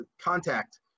contact